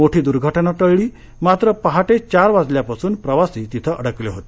मोठी दूर्घटना टळली मात्र पहाटे चार वाजल्यापासून प्रवासी तिथे अडकले होते